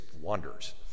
wonders